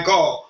God